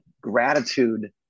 gratitude